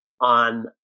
on